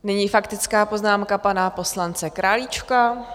Nyní faktická poznámka poslance Králíčka.